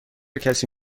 کسی